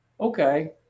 Okay